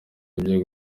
ibyo